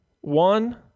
One